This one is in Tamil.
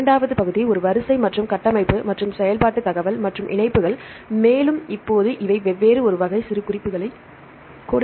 இரண்டாவது பகுதி ஒரு வரிசை மற்றும் கட்டமைப்பு மற்றும் செயல்பாட்டு தகவல் மற்றும் இணைப்புகள் மேலும் இப்போது இவை வெவ்வேறு ஒரு வகை சிறுகுறிப்புகளைக் கொடுக்கின்றன